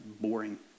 boring